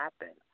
happen